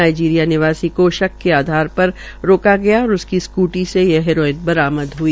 Nigeria निवासी को शक के आधार पर रोका गया और उसकी स्कूटी में यह हेरोइन बरामद हई